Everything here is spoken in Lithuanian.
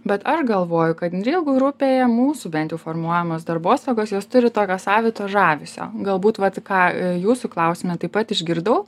bet aš galvoju kad inreal grupėje mūsų bent jau formuojamos darbostogos jos turi tokio savito žavesio galbūt vat ką jūsų klausime taip pat išgirdau